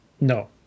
No